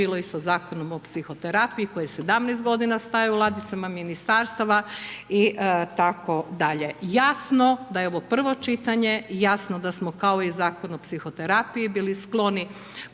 bilo i sa Zakonom o psihoterapiji koji je 17 godina stajao u ladicama ministarstava itd. Jasno da je ovo prvo čitanje. Jasno da smo kao i Zakon o psihoterapiji bili skloni